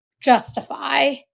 justify